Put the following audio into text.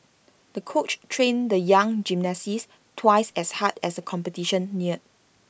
the coach trained the young gymnast twice as hard as the competition neared